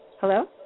Hello